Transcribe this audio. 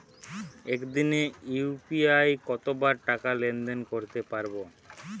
একদিনে ইউ.পি.আই কতবার টাকা লেনদেন করতে পারব?